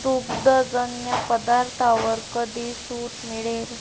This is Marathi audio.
दुग्धजन्य पदार्थावर कधी सूट मिळेल